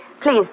Please